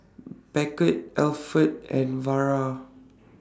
Beckett Alford and Vara